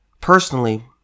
Personally